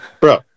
bro